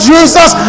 Jesus